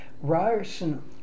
Ryerson